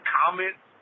comments